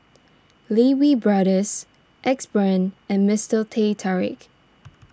Lee Wee Brothers Axe Brand and Mister Teh Tarik